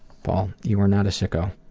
paul, you are not a sicko.